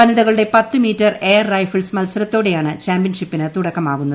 വനിതകളുടെ പത്ത് metre air rifles മത്സരത്തോടെയാണ് ചാമ്പ്യൻഷിപ്പിന് തുടക്കമാകുന്നത്